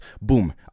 boom